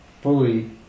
fully